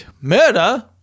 murder